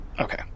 Okay